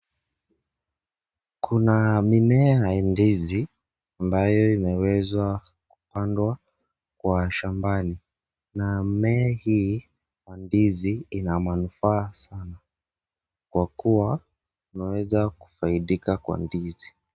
Kuna mimea ya ndizi, ambayo imeweza kupandwa kwa shambani, na mmea hii ya ndizi ina manufaa sana, kwa kuwa tunaweza kufaidika kwa ndizi.